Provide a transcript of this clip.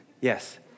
yes